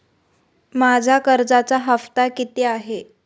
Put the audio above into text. माझा कर्जाचा हफ्ता किती आहे?